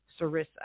Sarissa